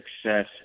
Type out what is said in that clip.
success